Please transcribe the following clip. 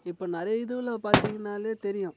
இப்போ நிறைய இதுவில் பார்த்தீங்கனாலே தெரியும்